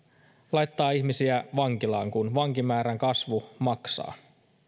laittaa ihmisiä vankilaan kun vankimäärän kasvu maksaa